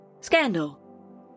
scandal